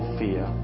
fear